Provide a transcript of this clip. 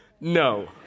No